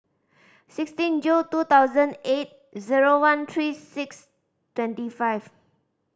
sixteen June two thousand eight zero one three six twenty five